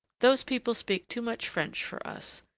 those people speak too much french for us,